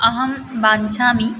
अहं वाञ्छामि